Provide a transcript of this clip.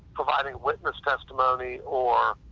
providing witness testimony or,